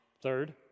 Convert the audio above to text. Third